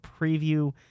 Preview